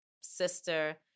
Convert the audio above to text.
sister